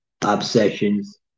Obsessions